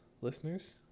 listeners